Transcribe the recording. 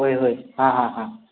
होय होय हां हां हां